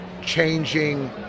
changing